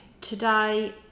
today